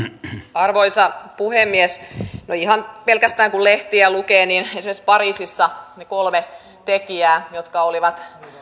arvoisa puhemies ihan pelkästään kun lehtiä lukee niin esimerkiksi pariisissa ne kolme tekijää jotka olivat